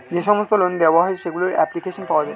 যে সমস্ত লোন দেওয়া হয় সেগুলোর অ্যাপ্লিকেশন পাওয়া যায়